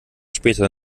später